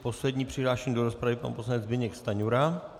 Posledním přihlášeným do rozpravy je pan poslanec Zbyněk Stanjura.